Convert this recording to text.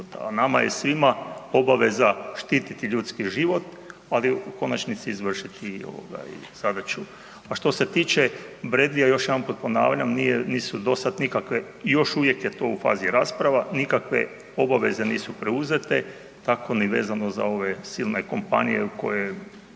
nama je svima obaveza štititi ljudski život ali u konačnici i izvršiti zadaću. A što se tiče Bradleyja, još jedanput ponavljam, nisu do sad nikakve i još uvijek to u fazi rasprava, nikakve obaveze nisu preuzete, tako ni vezano za ove silne kompanije koje